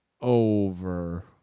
Over